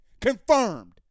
Confirmed